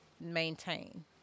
maintain